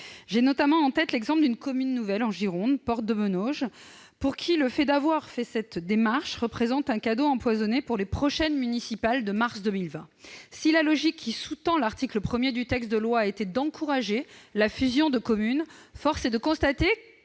J'ai notamment en tête l'exemple de la commune nouvelle de Porte-de-Benauge en Gironde, pour laquelle avoir entrepris cette démarche représente un cadeau empoisonné pour les prochaines municipales de mars 2020. Si la logique qui sous-tend l'article 1 du texte de loi a été d'encourager la fusion de communes, force est de constater